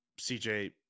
CJ